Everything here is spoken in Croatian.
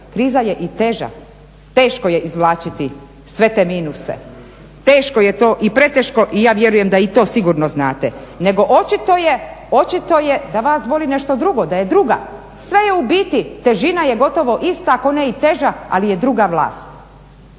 Kriza je i teža. Teško je izvlačiti sve te minuse, teško je to i preteško i ja vjerujem da i to sigurno znate. Nego očito je da vas boli nešto drugo, da je druga. Sve je u biti, težina je gotovo ista, ako ne i teža ali je druga vlast.